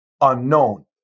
unknown